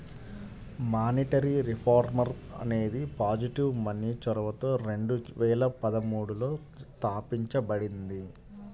monetary reform అనేది positive money చొరవతో రెండు వేల పదమూడులో తాపించబడింది